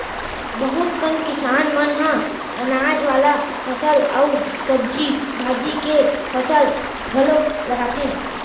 बहुत कन किसान मन ह अनाज वाला फसल अउ सब्जी भाजी के फसल घलोक लगाथे